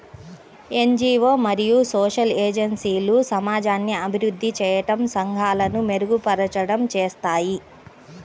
NGO మరియు social ఏజెన్సీలు సమాజాన్ని అభివృద్ధి చేయడం, సంఘాలను మెరుగుపరచడం చేస్తాయి